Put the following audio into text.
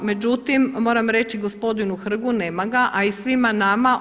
Međutim, moram reći gospodinu Hrgu, nema ga, a i svima nama.